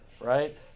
right